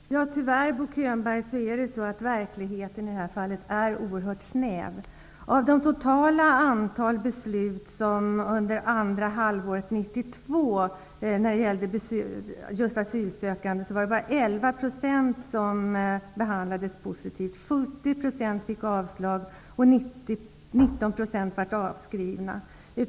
Herr talman! Tyvärr, Bo Könberg, är verkligheten oerhört snäv i det här fallet. Av det totala antal beslut som fattades under andra halvåret 1992 när det gäller asylsökande var bara 11 % positiva. 70 % fick avslag och 19 % blev avskrivna.